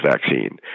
vaccine